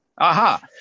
Aha